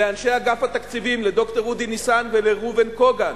לאנשי אגף התקציבים, לד"ר אודי ניסן ולראובן קוגן